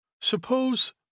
suppose